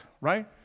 right